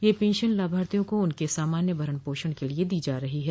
यह पेंशन लाभार्थियों को उनके सामान्य भरण पोषण के लिये दी जा रही है